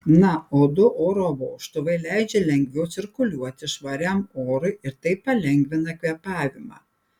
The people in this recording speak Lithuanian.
na o du oro vožtuvai leidžia lengviau cirkuliuoti švariam orui ir taip palengvina kvėpavimą